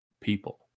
people